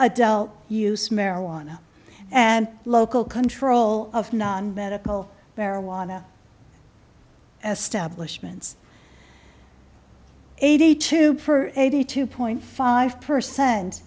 adult use marijuana and local control of non medical marijuana stablish mints eighty two per eighty two point five percent